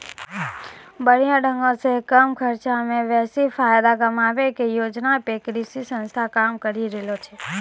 बढ़िया ढंगो से कम खर्चा मे बेसी फायदा कमाबै के योजना पे कृषि संस्थान काम करि रहलो छै